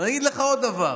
ואני אגיד לך עוד דבר.